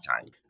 time